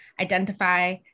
identify